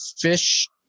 fish